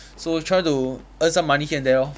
so try to earn some money here and there lor